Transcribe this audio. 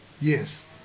Yes